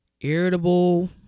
irritable